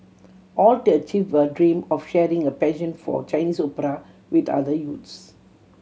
all to achieve her dream of sharing her passion for Chinese opera with other youths